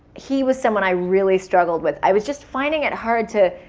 he was someone i really struggled with. i was just finding it hard to